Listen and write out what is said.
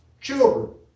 children